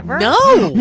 no.